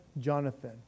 Jonathan